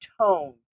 tone